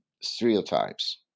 stereotypes